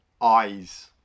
eyes